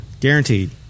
Guaranteed